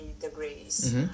degrees